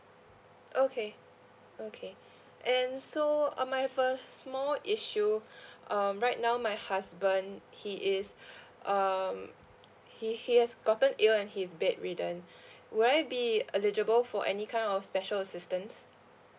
okay okay and so um I have a small issue um right now my husband he is um he he has gotten ill and he's bedridden would I be eligible for any kind of special assistance